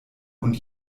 und